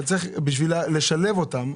אז צריך בשביל לשלב אותם,